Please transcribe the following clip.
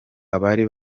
abari